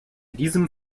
diesem